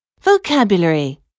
vocabulary